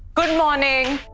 good morning.